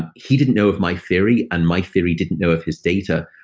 and he didn't know of my theory, and my theory didn't know of his data.